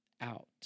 out